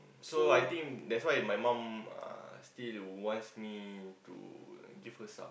so I think that's why my mum uh still wants me to give her some